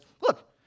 Look